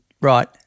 right